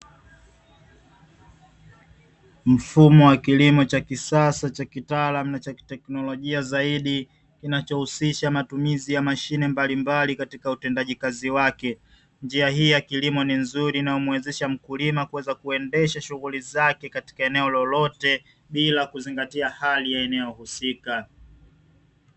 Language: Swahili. Mfumo wa kilimo cha kisasa cha kitaalamu na chaki teknolojia zaidi, kinachohusisha matumizi ya mashine mbalimbali katika utendaji kazi wake, njia hii ya kilimo ni nzuri inayomuwezesha mkulima kuendesha shughuri zake katika eneo lolote bila ya kuzingatia hali ya eneo husika.